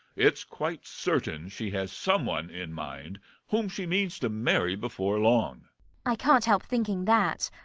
it's quite certain she has someone in mind whom she means to marry before long i can't help thinking that.